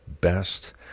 best